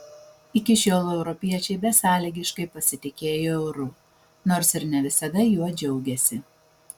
iki šiol europiečiai besąlygiškai pasitikėjo euru nors ir ne visada juo džiaugėsi